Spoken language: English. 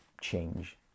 change